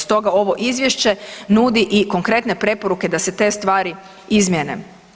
Stoga ovo izvješće nudi i konkretne preporuke da se te stvari izmijene.